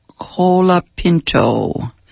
Colapinto